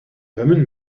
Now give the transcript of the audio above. woman